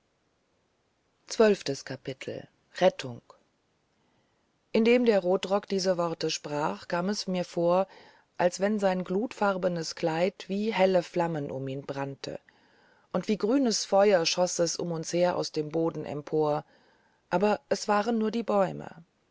indem der rotrock diese worte sprach kam es mir vor als wenn sein glutfarbenes kleid wie helle flammen um ihn brannte und wie grünes feuer schoß es um uns her aus dem boden empor aber es waren nur die bäume